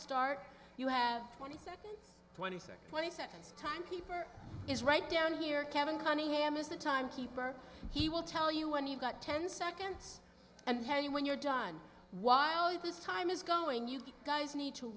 start you have twenty seconds twenty six twenty seconds timekeeper is right down here kevin cunningham is the time keeper he will tell you when you've got ten seconds and tell you when you're done while you this time is going you guys need to